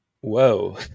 Whoa